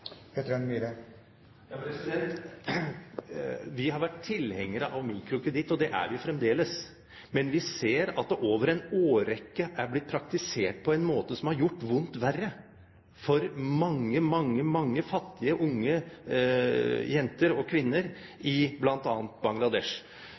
mikrokreditt, og det er vi fremdeles. Men vi ser at det gjennom en årrekke har blitt praktisert på en måte som har gjort vondt verre for mange, mange fattige unge jenter og kvinner